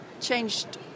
changed